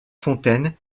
fontaine